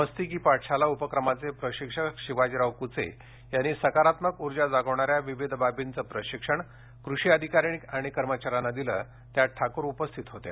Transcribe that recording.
मस्ती की पाठशाला उपक्रमाचे प्रशिक्षक शिवाजीराव कुचे यांनी सकारात्मक उर्जा जागविणाऱ्या विविध बाबींचं प्रशिक्षण कृषि अधिकारी आणि कर्मचाऱ्यांना दिलं त्यात ठाकूर उपस्थित होत्या